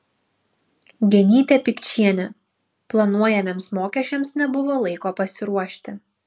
genytė pikčienė planuojamiems mokesčiams nebuvo laiko pasiruošti